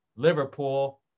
Liverpool